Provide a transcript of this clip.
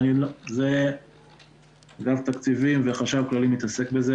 אבל זה אגף התקציבים והחשב הכלכלי שמתעסקים בזה,